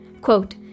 Quote